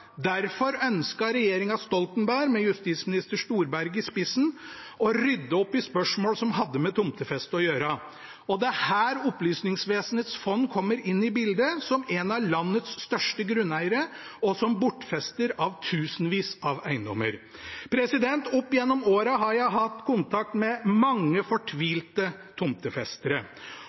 Derfor ønsket regjeringen Stoltenberg, med justisminister Storberget i spissen, å rydde opp i spørsmål som hadde med tomtefeste å gjøre. Det er her Opplysningsvesenets fond kommer inn i bildet, som en av landets største grunneiere og som bortfester av tusenvis av eiendommer. Opp gjennom årene har jeg hatt kontakt med mange fortvilte tomtefestere,